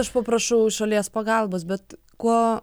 aš paprašau iš šalies pagalbos bet kuo